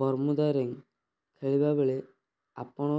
Bermuda ring ଖେଳିବା ବେଳେ ଆପଣ